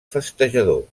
festejador